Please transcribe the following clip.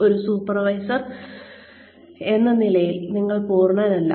ഒരു സൂപ്പർവൈസർ എന്ന നിലയിൽ നിങ്ങൾ പൂർണനല്ല